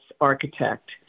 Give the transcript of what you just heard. architect